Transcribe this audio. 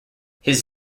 his